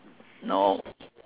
no